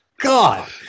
God